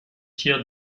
tiers